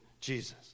Jesus